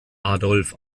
adolf